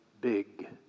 big